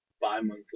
bi-monthly